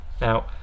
Now